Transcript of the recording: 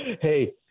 Hey